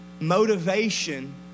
Motivation